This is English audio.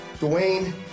Dwayne